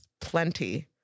plenty